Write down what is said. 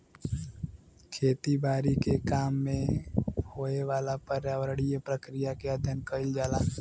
खेती बारी के काम में होए वाला पर्यावरणीय प्रक्रिया के अध्ययन कइल जाला